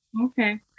Okay